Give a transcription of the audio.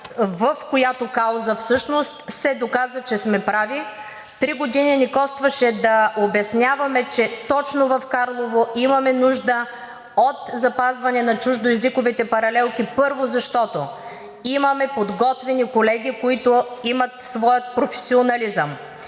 в която кауза всъщност се доказа, че сме прави. Три години ни костваше да обясняваме, че точно в Карлово имаме нужда от запазване на чуждоезиковите паралелки. Първо, защото имаме подготвени колеги, които имат своя професионализъм.